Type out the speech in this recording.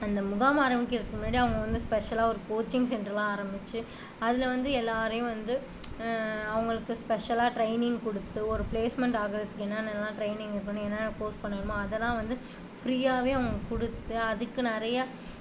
அந்த முகாம் ஆரமிக்கிறதுக்கு முன்னாடி அவங்கள் வந்து ஸ்பெஷலாக கோச்சிங் சென்டர் எல்லாம் ஆரமித்து அதில் வந்து எல்லோரையும் வந்து அவர்களுக்கு ஸ்பெஷலாக ட்ரெயினிங் கொடுத்து ஒரு பிளேஸ்மெண்ட் ஆகிறதுக்கு என்னனெல்லாம் ட்ரெயினிங் இது பண்ணி என்னென்னலாம் கோர்ஸ் பண்ணணுமோ அதை எல்லாம் வந்து ஃப்ரீயாகவே அவர்களுக்கு கொடுத்து அதுக்கு நிறைய